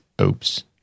Oops